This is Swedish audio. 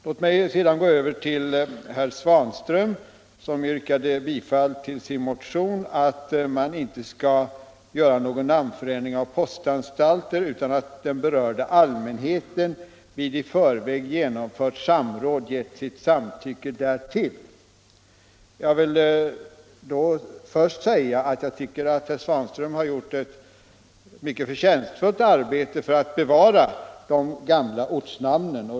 Låt mig sedan gå över till herr Svanström som yrkade bifall till hemställan i sin motion, dvs. att ingen namnförändring av postanstalter får ske utan att den berörda allmänheten vid i förväg genomfört samråd givit sitt samtycke därtill. Jag vill först säga att jag tycker att herr Svanström gjort ett mycket förtjänstfullt arbete för att bevara de gamla ortnamnen.